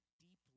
deeply